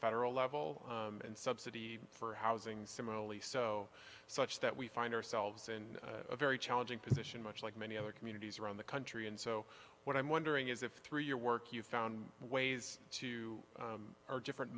federal level and subsidy for housing similarly so such that we find ourselves in a very challenging position much like many other communities around the country and so what i'm wondering is if through your work you found ways to are different